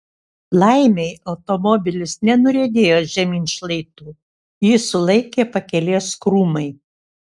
laimei automobilis nenuriedėjo žemyn šlaitu jį sulaikė pakelės krūmai